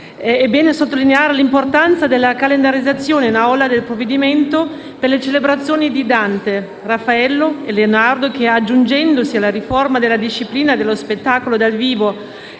è bene sottolineare l'importanza della calendarizzazione in Aula del provvedimento per le celebrazioni di Dante, Raffaello e Leonardo che, aggiungendosi alla riforma della disciplina dello spettacolo dal vivo